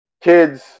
kids